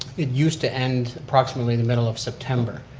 it used to end approximately the middle of september,